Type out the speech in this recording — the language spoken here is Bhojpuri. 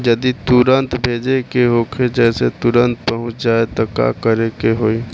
जदि तुरन्त भेजे के होखे जैसे तुरंत पहुँच जाए त का करे के होई?